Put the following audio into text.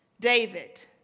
David